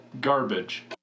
Garbage